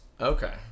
Okay